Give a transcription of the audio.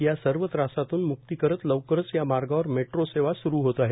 या सर्व त्रासापासून मुक्ती करत लवकरच या मार्गावर मेट्रो सेवा सुरु होत आहे